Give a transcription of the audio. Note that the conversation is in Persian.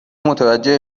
متوجه